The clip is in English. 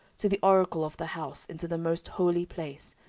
to the oracle of the house, into the most holy place,